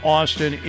Austin